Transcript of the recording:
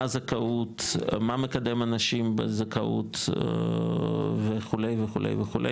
מה הזכאות, מה מקדם אנשים בזכאות וכו' וכו' וכו'.